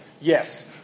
Yes